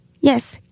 Yes